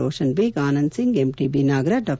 ರೋಶನ್ಬೇಗ್ Anand Singh MTB Nagaraj ಡಾ